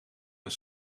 een